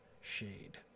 shade